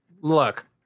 look